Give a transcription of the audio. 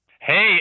Hey